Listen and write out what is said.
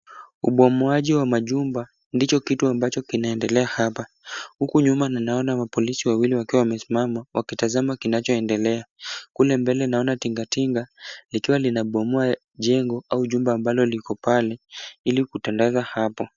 Ubomoaji wa majumba ndicho kitu ambacho kinaendelea hapa. Huku nyuma naona mapolisi wawili wakiwa wamesimama wakitazama kinachoendelea. Kule mbele naona tingatinga likiwa linabomoa jengo au jumba ambalo liko pale ili kutandaza hapo.